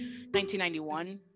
1991